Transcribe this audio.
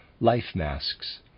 life-masks